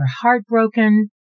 heartbroken